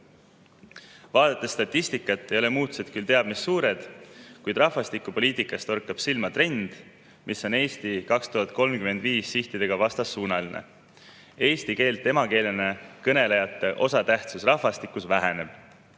Vaadates statistikat näeme, et muutused ei ole küll teab mis suured, kuid rahvastikupoliitikas torkab silma trend, mis on "Eesti 2035" sihtidega vastassuunaline. Eesti keelt emakeelena kõnelejate osatähtsus rahvastikus väheneb.